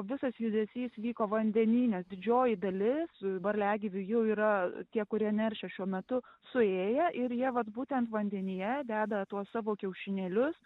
visas judesys vyko vandeny nes didžioji dalis varliagyvių jau yra tie kurie neršia šiuo metu suėję ir jie vat būtent vandenyje deda tuos savo kiaušinėlius